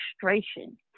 frustration